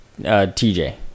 tj